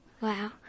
Wow